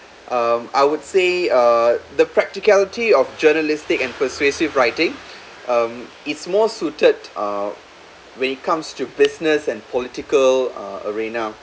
um I would say uh the practicality of journalistic and persuasive writing um it's more suited uh when it comes to business and political uh arena